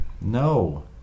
No